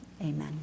amen